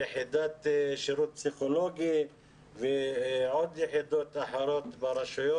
יחידת שירות פסיכולוגי ועוד יחידות אחרות ברשויות.